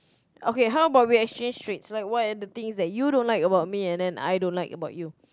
okay how about we exchange streaks like what are the things that you don't like about me and then I don't like about you